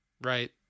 Right